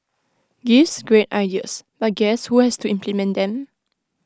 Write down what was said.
gives great ideas but guess who has to implement them